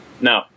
no